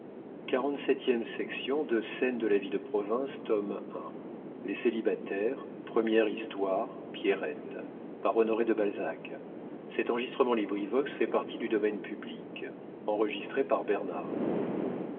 de scènes de la vie de province tome i author honoré de balzac